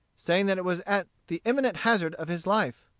saying that it was at the imminent hazard of his life.